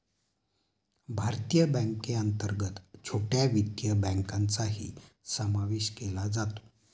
भारतीय बँकेअंतर्गत छोट्या वित्तीय बँकांचाही समावेश केला जातो